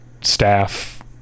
staff